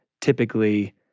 typically